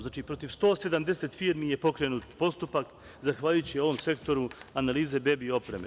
Znači, protiv 170 firmi je pokrenut postupak zahvaljujući ovom sektoru analize bebi opreme.